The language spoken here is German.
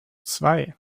zwei